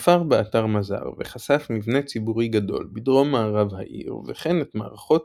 חפר באתר מזר וחשף מבנה ציבורי גדול בדרום מערב העיר וכן את מערכות